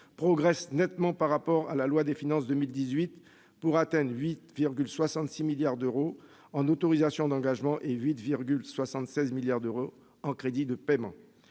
progressent nettement par rapport à la loi de finances pour 2018, pour atteindre 8,66 milliards d'euros en autorisations d'engagement et 8,76 milliards d'euros en crédits de paiement.